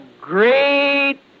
great